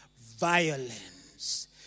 violence